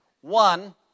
one